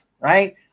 right